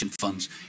funds